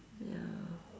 ya